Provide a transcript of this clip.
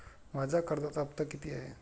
माझा कर्जाचा हफ्ता किती आहे?